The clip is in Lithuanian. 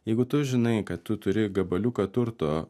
jeigu tu žinai kad tu turi gabaliuką turto